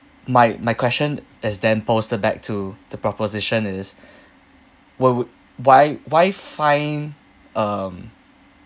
my my question is then posted back to the proposition is wh~ would why why find um